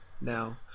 Now